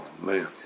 Man